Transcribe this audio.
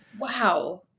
Wow